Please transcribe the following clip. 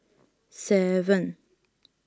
seven